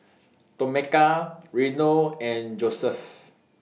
Tomeka Reno and Joeseph